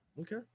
Okay